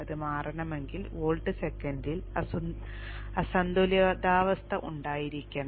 അത് മാറണമെങ്കിൽ വോൾട്ട് സെക്കൻഡിൽ അസന്തുലിതാവസ്ഥ ഉണ്ടായിരിക്കണം